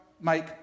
make